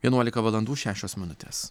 vienuolika valandų šešios minutės